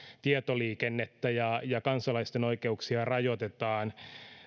tietoliikennettä ja miten kansalaisten oikeuksia rajoitetaan